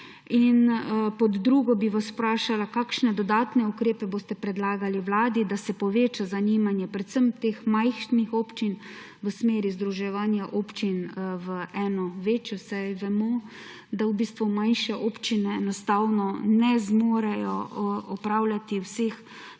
Pod drugo bi vas vprašala: Kakšne dodatne ukrepe boste predlagali Vladi, da se poveča zanimanje predvsem teh majhnih občin v smeri združevanja občin v eno večjo? Vemo, da v bistvu manjše občine enostavno ne zmorejo opravljati vseh